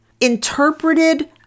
interpreted